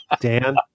Dan